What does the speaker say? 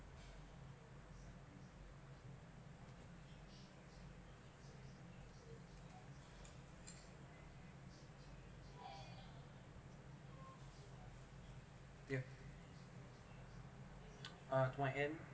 yeah uh to my end